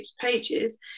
pages